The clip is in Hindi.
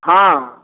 हाँ